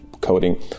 coding